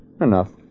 Enough